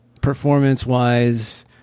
Performance-wise